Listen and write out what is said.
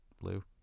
blue